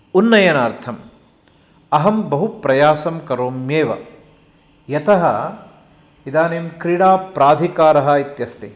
उन्नयनार्थम् अहं बहु प्रयासं करोम्येव यतः इदानीं क्रीडाप्राधिकारः इत्यस्ति